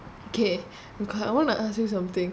K my god I want to ask you something